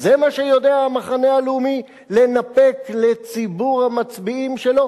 זה מה שהמחנה הלאומי יודע לנפק לציבור המצביעים שלו